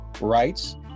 Rights